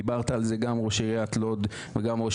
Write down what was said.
דיבר על זה גם ראש עיריית לוד וגם ראש